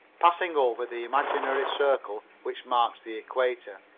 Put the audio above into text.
passing over the imaginary circle which marks the equator.